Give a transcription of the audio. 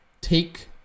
take